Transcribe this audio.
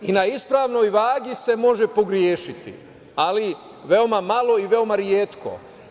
I na ispravnoj vagi se može pogrešiti, ali veoma malo i veoma retko.